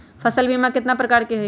फसल बीमा कतना प्रकार के हई?